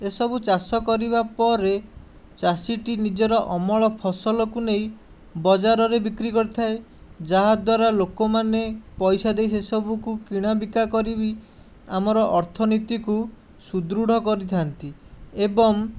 ଏସବୁ ଚାଷ କରିବା ପରେ ଚାଷୀଟି ନିଜର ଅମଳ ଫସଲକୁ ନେଇ ବଜାରରେ ବିକ୍ରି କରିଥାଏ ଯାହାଦ୍ୱାରା ଲୋକମାନେ ପଇସା ଦେଇ ସେସବୁକୁ କିଣା ବିକା କରିକି ଆମର ଅର୍ଥନୀତିକୁ ସୁଦୃଢ଼ କରିଥାନ୍ତି ଏବଂ